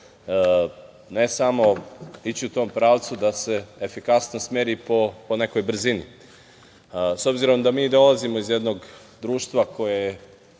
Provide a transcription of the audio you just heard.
ne samo ići u tom pravcu da se efikasnost meri po nekoj brzini.S obzirom da mi dolazimo iz jednog društva koje je